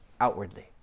outwardly